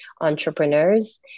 entrepreneurs